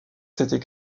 s’était